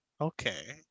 okay